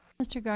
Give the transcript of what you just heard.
mr.